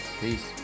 Peace